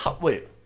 wait